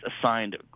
assigned